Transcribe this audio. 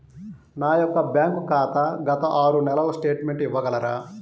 నా యొక్క బ్యాంక్ ఖాతా గత ఆరు నెలల స్టేట్మెంట్ ఇవ్వగలరా?